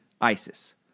ISIS